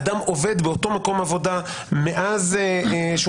אדם עובד באותו מקום עבודה מאז שהוא